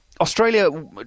Australia